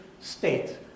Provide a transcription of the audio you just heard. state